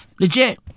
Legit